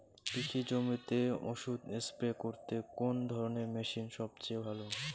কৃষি জমিতে ওষুধ স্প্রে করতে কোন ধরণের মেশিন সবচেয়ে ভালো?